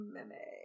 Meme